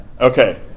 Okay